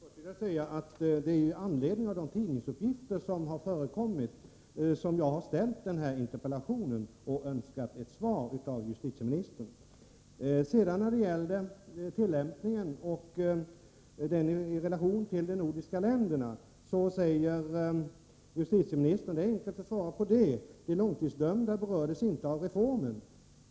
Herr talman! Först vill jag säga att det är med anledning av de tidningsuppgifter som förekommit som jag har ställt interpellationen och önskat svar av justitieministern. När det sedan gäller tillämpningen och relationen till de nordiska länderna säger justitieministern att det är enkelt att ge besked. De långtidsdömda berörs inte av reformen.